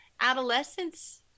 adolescence